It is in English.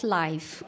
life